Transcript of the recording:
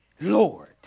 Lord